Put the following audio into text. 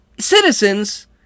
citizens